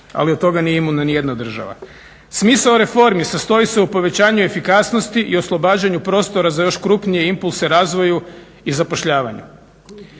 ali od toga nije imuna nijedna država. Smisao reformi sastoji se u povećanju efikasnosti i oslobađanju prostora za još krupnije impulse razvoju i zapošljavanju.